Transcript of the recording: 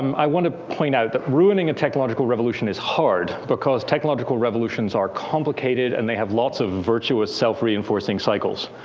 i want to point out the ruining a technological revolution is hard, because technological revolutions are complicated and they have lots of virtuous self-reinforcing cycles.